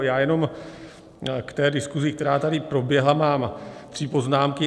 Já jenom k té diskusi, která tady proběhla, mám tři poznámky.